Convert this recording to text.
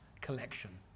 collection